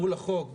מול החוק,